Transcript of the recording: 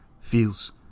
Feels